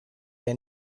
der